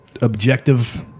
objective